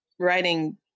writing